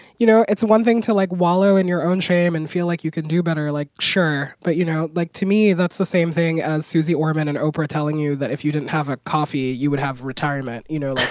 you know, it's one thing to, like, wallow in your own shame and feel like you can do better. like, sure. but, you know, like, to me, that's the same thing as suze orman and oprah telling you that if you didn't have a coffee, you would have retirement, you know, like,